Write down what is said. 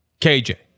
KJ